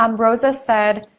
um rosa said